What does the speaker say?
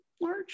large